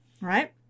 right